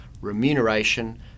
Remuneration